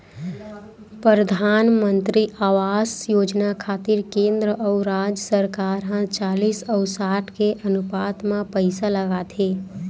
परधानमंतरी आवास योजना खातिर केंद्र अउ राज सरकार ह चालिस अउ साठ के अनुपात म पइसा लगाथे